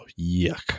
yuck